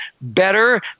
better